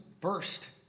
first